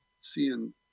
seeing